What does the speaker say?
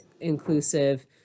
inclusive